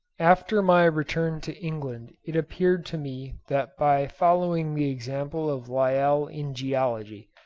after my return to england it appeared to me that by following the example of lyell in geology,